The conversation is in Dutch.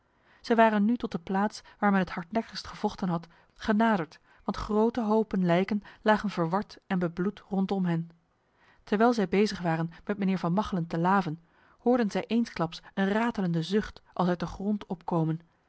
zij waren nu tot de plaats waar men het hardnekkigst gevochten had genaderd want grote hopen lijken lagen verward en bebloed rondom hen terwijl zij bezig waren met mijnheer van machelen te laven hoorden zij eensklaps een ratelende zucht als uit de grond opkomen